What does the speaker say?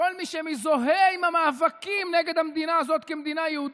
כל מי שמזוהה עם המאבקים נגד המדינה הזאת כמדינה יהודית.